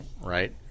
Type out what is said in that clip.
right